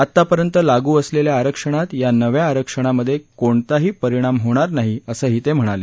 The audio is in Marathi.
आतापर्यंत लागू असलेल्या आरक्षणात या नव्या आरक्षणामध्ये कोणताही परिणाम होणार नाही असंही ते म्हणाले